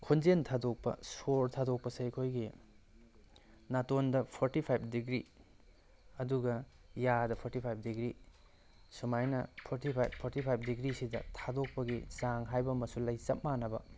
ꯈꯣꯟꯖꯦꯜ ꯊꯥꯗꯣꯛꯄ ꯁꯣꯔ ꯊꯥꯗꯣꯛꯄꯁꯦ ꯑꯩꯈꯣꯏꯒꯤ ꯅꯥꯇꯣꯟꯗ ꯐꯣꯔꯇꯤ ꯐꯥꯏꯚ ꯗꯤꯒ꯭ꯔꯤ ꯑꯗꯨꯒ ꯌꯥꯗ ꯐꯣꯔꯇꯤ ꯐꯥꯏꯚ ꯗꯤꯒ꯭ꯔꯤ ꯁꯨꯃꯥꯏꯅ ꯐꯣꯔꯇꯤ ꯐꯥꯏꯚ ꯐꯣꯔꯇꯤ ꯐꯥꯏꯚ ꯗꯤꯒ꯭ꯔꯤꯁꯤꯗ ꯊꯥꯗꯣꯛꯄꯒꯤ ꯆꯥꯡ ꯍꯥꯏꯕ ꯑꯃꯁꯨ ꯂꯩ ꯆꯞ ꯃꯥꯟꯅꯕ